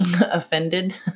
offended